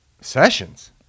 Sessions